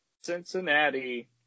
Cincinnati